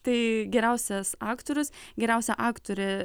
tai geriausias aktorius geriausia aktorė